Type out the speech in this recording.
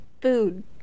food